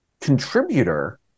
contributor